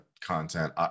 content